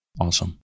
Awesome